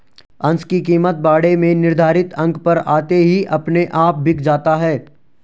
अंश की कीमत बाड़े में निर्धारित अंक पर आते ही अपने आप बिक जाता है